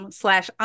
slash